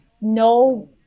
No